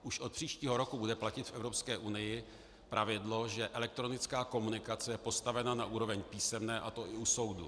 Už od příštího roku bude platit v Evropské unii pravidlo, že elektronická komunikace je postavena na úroveň písemné, a to i u soudu.